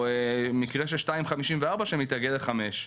או מקרה של 2.54 שמתעגל לחמש,